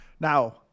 Now